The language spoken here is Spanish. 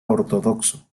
ortodoxo